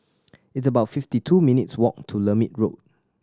it's about fifty two minutes' walk to Lermit Road